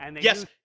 Yes